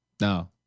No